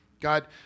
God